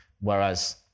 Whereas